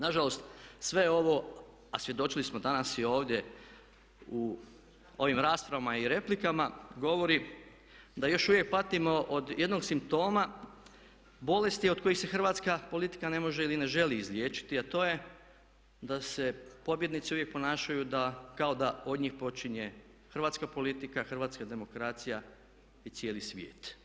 Nažalost sve ovo, a svjedočili smo danas i ovdje u ovim raspravama i replikama, govori da još uvijek patimo od jednog simptoma bolesti od kojih se hrvatska politika ne može ili ne želi izliječiti, a to je da se pobjednici uvijek ponašaju kao da od njih počinje hrvatska politika, hrvatska demokracija i cijeli svijet.